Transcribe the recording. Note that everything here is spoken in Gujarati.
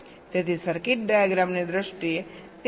તેથી સર્કિટ ડાયાગ્રામની દ્રષ્ટિએ તે આના જેવો દેખાઈ શકે છે